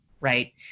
right